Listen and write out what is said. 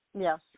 Yes